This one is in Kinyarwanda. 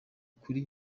kuri